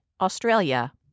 Australia